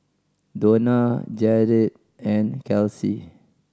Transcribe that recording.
Dona Jaret and Kelsi